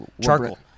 Charcoal